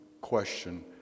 question